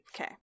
Okay